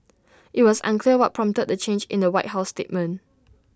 IT was unclear what prompted the change in the white house statement